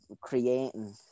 creating